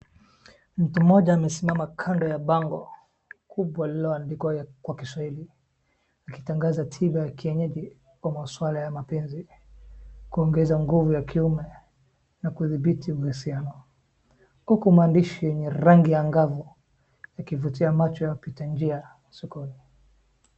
Mtu mmoja amesimama kando ya bango kubwa lililoandikwa kwa kiswahili ikitangaza tiba ya kienyeji a maswala ya mapenzi, kuongeza nguvu ya kiume na kudhibiti mpenziwe huku maandishi ni rangi ya ngavu ikivutia macho ya wapita njia.